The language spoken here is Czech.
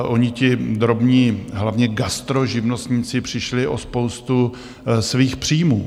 Oni ti drobní, hlavně gastro živnostníci, přišli o spoustu svých příjmů.